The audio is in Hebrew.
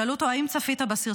שאלו אותו: האם צפית בסרטון?